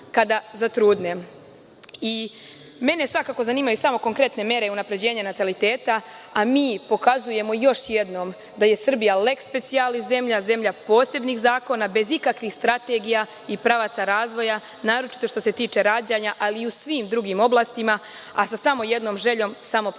svakako zanimaju samo konkretne mere unapređenja nataliteta. Mi pokazujemo još jednom da je Srbija leks specijalis zemlja, zemlja posebnih zakona, bez ikakvih strategija i pravaca razvoja, naročito što se tiče rađanja, ali i u svim drugim oblastima, a sa samo jednom željom, samopromocije